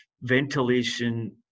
ventilation